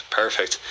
perfect